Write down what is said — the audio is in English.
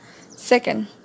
Second